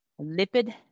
lipid